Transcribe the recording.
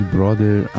Brother